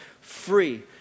free